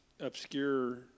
obscure